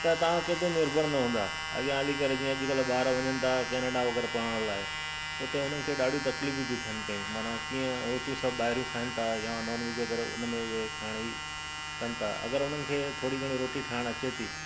त तव्हां कंहिं ते निर्भरु न हूंदा अॻियां हली करे जीअं अॼुकल्ह ॿार वञनि था कैनेडा वग़ैरह पढ़ण लाइ हुननि खे ॾाढियूं तकलीफ़ूं थी थियनि पियूं माना कीअं रोटियूं सभु ॿाहिरां खाइनि था या नॉन वैज वग़ैरह उन में उहे खाइणी कनि था अगरि हुननि खे थोरी घणी रोटी ठाहिणु अचे थी